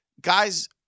guys